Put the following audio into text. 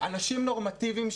אנשים נורמטיביים,